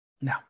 No